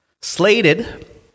slated